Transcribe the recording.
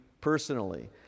personally